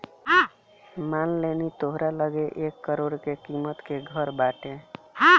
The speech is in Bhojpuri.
मान लेनी तोहरा लगे एक करोड़ के किमत के घर बाटे